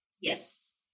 Yes